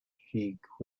sheikh